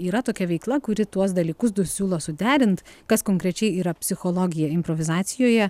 yra tokia veikla kuri tuos dalykus du siūlo suderint kas konkrečiai yra psichologija improvizacijoje